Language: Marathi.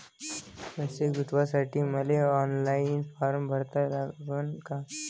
पैसे गुंतवासाठी मले ऑनलाईन फारम भरा लागन का?